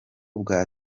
bwa